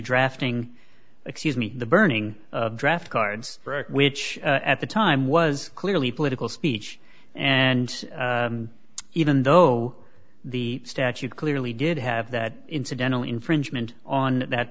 drafting excuse me burning draft cards which at the time was clearly political speech and even though the statute clearly did have that incidental infringement on that